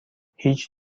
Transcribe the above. هیچ